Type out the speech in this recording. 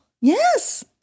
Yes